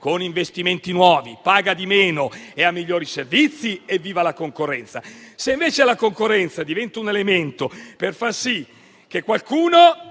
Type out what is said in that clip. con investimenti nuovi, paga di meno e ha migliori servizi, evviva la concorrenza; se, invece, la concorrenza diventa un elemento per far sì che qualcuno